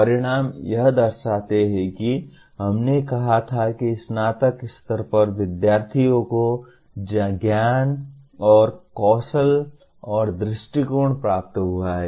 परिणाम यह दर्शाते हैं कि हमने कहा था कि स्नातक स्तर पर विद्यार्थियों को क्या ज्ञान और कौशल और दृष्टिकोण प्राप्त हुआ है